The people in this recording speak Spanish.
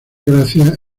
gracias